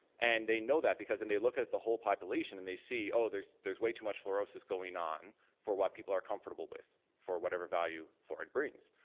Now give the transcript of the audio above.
and they know that because when they look at the whole population and they see oh there's there's way too much fluorisis going on for what people are comfortable with, for whatever value fluoride brings.